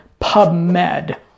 PubMed